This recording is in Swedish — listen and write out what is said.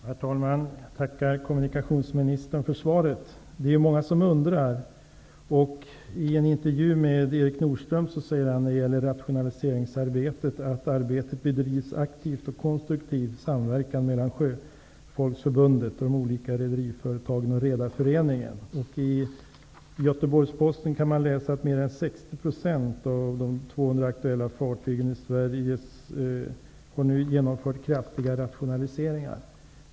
Herr talman! Jag tackar kommunikationsministern för svaret. Det är många som undrar över detta. I en intervju med Erik Nordström säger han när det gäller rationaliseringsarbetet att arbetet bedrivs aktivt och konstruktivt i samverkan mellan I Göteborgsposten kan man läsa att mer än 60 % av de 200 aktuella fartygen i Sverige nu har genomfört kraftiga rationaliseringar.